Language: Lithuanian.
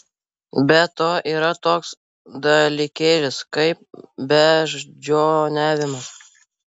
be to yra toks dalykėlis kaip beždžioniavimas